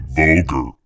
vulgar